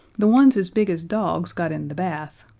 the ones as big as dogs got in the bath,